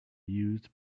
used